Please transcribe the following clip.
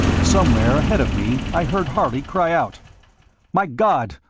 somewhere ahead of me i heard harley cry out my god,